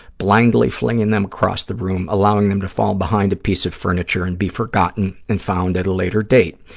blindly flinging them across the room, allowing them to fall behind a piece of furniture and be forgotten and found at a later date.